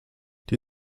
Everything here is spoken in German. die